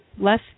less